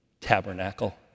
tabernacle